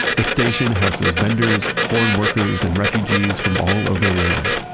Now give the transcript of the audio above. the station houses, vendors, foreign workers, and refugees from all over the world.